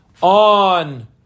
on